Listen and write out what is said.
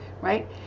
right